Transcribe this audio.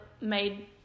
made